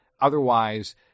Otherwise